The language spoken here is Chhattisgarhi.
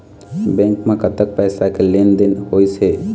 बैंक म कतक पैसा के लेन देन होइस हे?